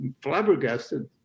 flabbergasted